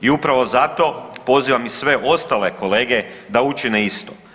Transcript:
I upravo zato pozivam i sve ostale kolege da učine isto.